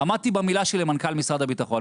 עמדתי במילה שלי למנכ"ל משרד הביטחון.